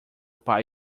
pai